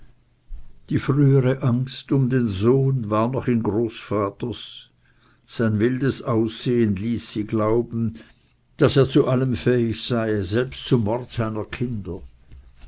die frühere angst um den sohn war noch in großvaters sein wildes aussehen ließ sie glauben daß er zu allem fähig sei selbst zum mord seiner kinder